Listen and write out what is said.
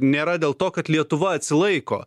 nėra dėl to kad lietuva atsilaiko